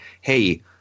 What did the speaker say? hey